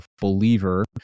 believer